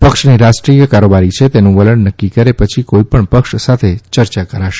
પક્ષની રાષ્ટ્રીય કારોબારી છે તેનું વલણ નક્કી કરે પછી કોઇપણ પક્ષ સાથે ચર્ચા કરાશે